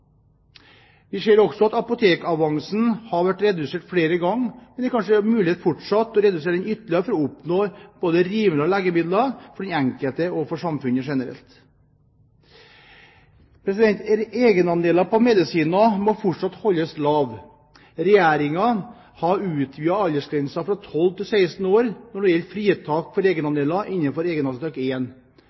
Vi ser også at apotekavansen har vært redusert flere ganger, men det er kanskje mulighet for å redusere den ytterligere for å oppnå rimelige legemidler både for den enkelte og for samfunnet generelt. Egenandelene på medisiner må fortsatt holdes lave. Regjeringen har utvidet aldersgrensen fra 12 til 16 år når det gjelder fritak for egenandeler innenfor